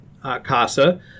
CASA